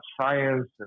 science